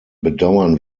bedauern